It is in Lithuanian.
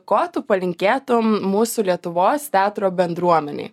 ko tu palinkėtum mūsų lietuvos teatro bendruomenei